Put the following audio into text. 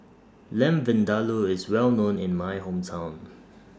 Lamb Vindaloo IS Well known in My Hometown